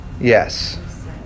Yes